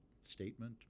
statement